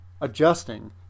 adjusting